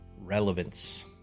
relevance